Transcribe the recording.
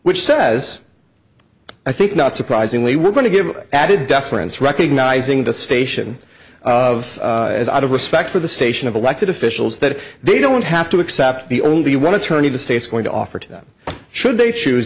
which says i think not surprisingly we're going to give added deference recognizing the station of as out of respect for the station of elected officials that they don't have to accept the only one attorney the state's going to offer to them should they choose